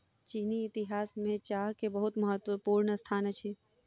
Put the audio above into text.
चीनी इतिहास में चाह के बहुत महत्वपूर्ण स्थान अछि